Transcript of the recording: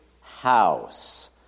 house